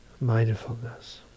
mindfulness